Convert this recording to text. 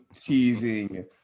teasing